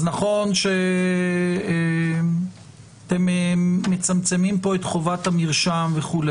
נכון שאתם מצמצמים פה את חובת המרשם וכו',